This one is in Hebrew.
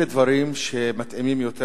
אלה דברים שמתאימים יותר,